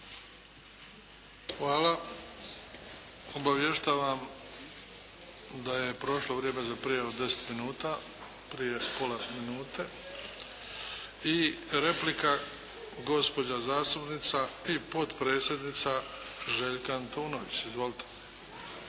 Hvala. Obavještavam da je prošlo vrijeme za prijavu od deset minuta prije pola minute. I replika gospođa zastupnica i potpredsjednica Željka Antunović. Izvolite.